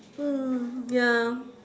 mm ya